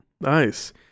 Nice